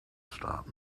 stop